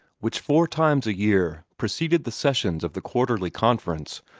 which four times a year preceded the sessions of the quarterly conference,